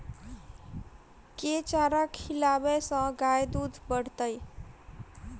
केँ चारा खिलाबै सँ गाय दुध बढ़तै?